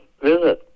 visit